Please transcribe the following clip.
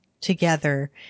together